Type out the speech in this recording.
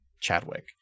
Chadwick